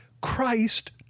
Christ